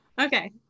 okay